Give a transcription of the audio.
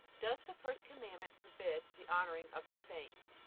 does the first commandment forbid the honoring of the saints?